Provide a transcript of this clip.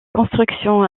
construction